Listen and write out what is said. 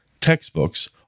textbooks